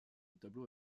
tableau